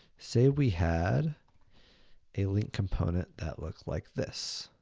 say we had a link component that looked like this,